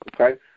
Okay